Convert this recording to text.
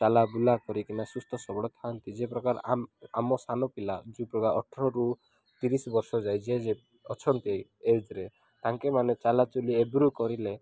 ଚଲାବୁଲା କରିକିନା ସୁସ୍ଥ ସବଳ ଥାଆନ୍ତି ଯେ ପ୍ରକାର ଆମ ଆମ ସାନ ପିଲା ଯେଉଁ ପ୍ରକାର ଅଠରରୁ ତିରିଶି ବର୍ଷ ଯାଇ ଯିଏ ଯିଏ ଅଛନ୍ତି ଏଜ୍ରେ ତାଙ୍କେମାନେ ଚାଲାଚୁଲି ଏବେରୁ କରିଲେ